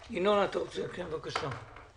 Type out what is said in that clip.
ינון, בבקשה.